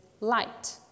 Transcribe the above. light